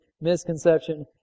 misconception